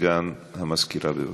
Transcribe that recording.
סגן המזכירה, בבקשה.